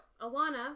Alana